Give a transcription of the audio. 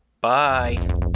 bye